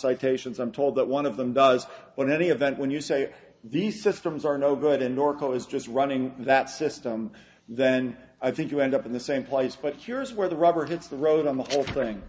citations i'm told that one of them does when any event when you say these systems are no good in norco is just running that system then i think you end up in the same place but here is where the rubber hits the road on the whole thing